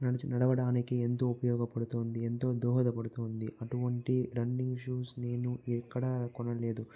నడవడానికి ఎంతో ఉపయోగపడుతుంది ఎంతో దోహదపడుతుంది అటువంటి రన్నింగ్ షూస్ నేను ఎక్కడా కొనలేదు